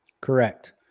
Correct